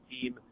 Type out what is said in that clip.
team